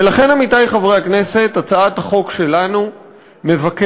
ולכן, עמיתי חברי הכנסת, הצעת החוק שלנו מבקשת